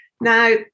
Now